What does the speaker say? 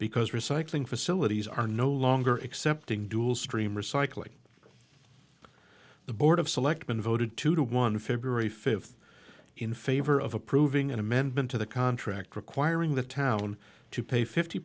because recycling facilities are no longer accepting dual stream recycling the board of selectmen voted two to one february fifth in favor of approving an amendment to the contract requiring the town to pay fifty